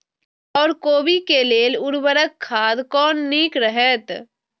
ओर कोबी के लेल उर्वरक खाद कोन नीक रहैत?